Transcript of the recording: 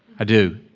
i do.